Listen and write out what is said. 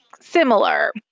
similar